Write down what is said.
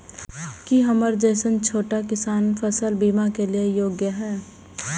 की हमर जैसन छोटा किसान फसल बीमा के लिये योग्य हय?